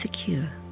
secure